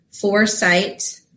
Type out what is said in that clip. foresight